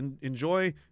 Enjoy